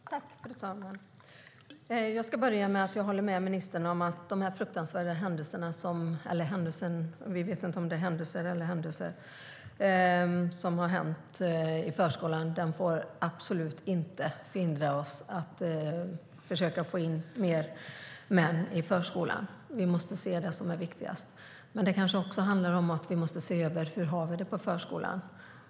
Fru talman! Jag ska börja med att säga att jag håller med ministern om att det som nyligen hänt - vi vet inte om det är en händelse eller händelser - på en förskola absolut inte får hindra oss från att försöka få in fler män i förskolan. Vi måste se det som är viktigast. Men det kanske också handlar om att vi måste se över hur man har det på förskolan.